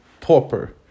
pauper